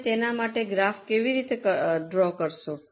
તમે તેના માટે ગ્રાફ કેવી રીતે ડરો કરશો